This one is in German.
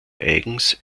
eigens